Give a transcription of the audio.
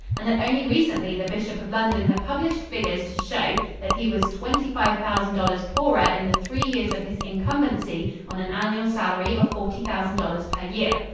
and that only recently the bishop of london had published figures to show that he was twenty five thousand dollars poorer in the three years of his incumbency on an annual salary of forty thousand dollars per year.